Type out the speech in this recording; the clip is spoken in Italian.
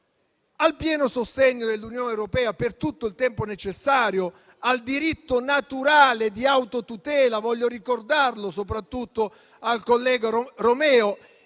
al pieno sostegno dell'Unione europea per tutto il tempo necessario al diritto naturale di autotutela - voglio ricordarlo soprattutto al collega Romeo